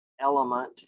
element